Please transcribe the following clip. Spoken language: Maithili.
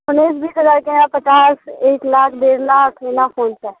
उनैस बीस हजार के हय पचास एक लाख डेढ़ लाख एना फोन चाही